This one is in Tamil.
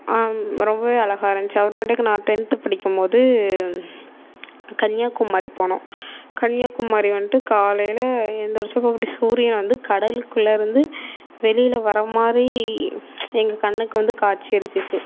ரொம்பவே அழகா இருந்துச்சு அப்புறமேட்டுக்கு நான் டென்த்து படிக்கும்போது கன்னியாகுமரி போனோம் கன்னியாகுமரி வந்துட்டு காலையில் எழுந்திரிச்சப்ப அப்படியே சூரியன் வந்து கடலுக்குள்ளே இருந்து வெளியில் வரமாதிரி எங்கள் கண்ணுக்கு வந்து காட்சி அளிச்சுச்சு